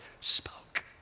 spoke